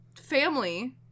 family